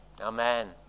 Amen